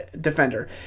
defender